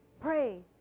Pray